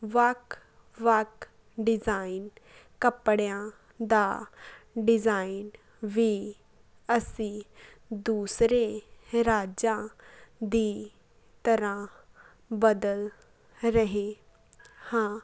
ਵੱਖ ਵੱਖ ਡਿਜਾਈਨ ਕੱਪੜਿਆਂ ਦਾ ਡਿਜ਼ਾਇਨ ਵੀ ਅਸੀਂ ਦੂਸਰੇ ਰਾਜਾਂ ਦੀ ਤਰ੍ਹਾਂ ਬਦਲ ਰਹੇ ਹਾਂ